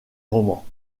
romans